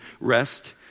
rest